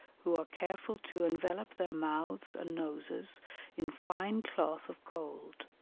who are careful to envelope their mouths and noses in fine cloth of gold,